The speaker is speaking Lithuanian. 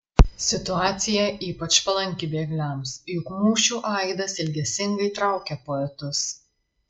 situacija ypač palanki bėgliams juk mūšių aidas ilgesingai traukia poetus